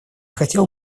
хотел